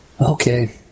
Okay